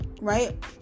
right